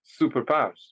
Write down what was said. superpowers